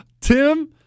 Tim